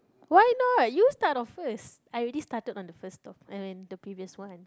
why not you start off first I already started on the first I mean the previous one